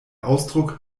ausdruck